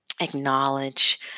acknowledge